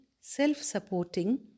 self-supporting